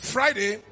Friday